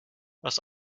was